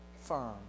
firm